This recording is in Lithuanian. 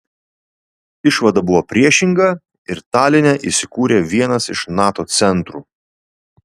išvada buvo priešinga ir taline įsikūrė vienas iš nato centrų